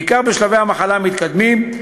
בעיקר בשלבי המחלה המתקדמים,